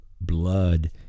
blood